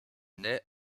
nait